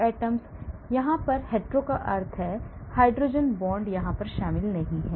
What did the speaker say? hetero का अर्थ है हाइड्रोजन शामिल नहीं है